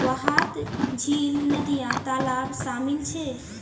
वहात झील, नदिया, तालाब शामिल छे